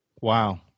Wow